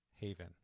Haven